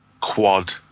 Quad